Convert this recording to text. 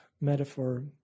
metaphor